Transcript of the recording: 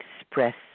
express